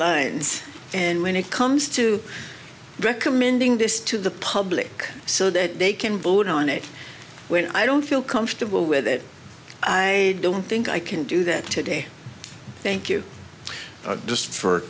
lines and when it comes to recommending this to the public so that they can vote on it when i don't feel comfortable with it i don't think i can do that today thank you just for